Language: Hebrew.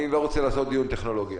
אני לא רוצה לעשות דיון טכנולוגי,